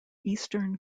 eastern